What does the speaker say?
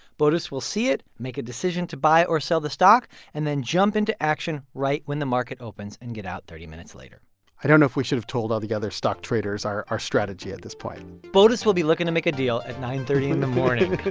botus will see it, make a decision to buy or sell the stock and then jump into action right when the market opens and get out thirty minutes later i don't know if we should have told all the other stock traders our our strategy at this point botus will be looking to make a deal at nine thirty in the morning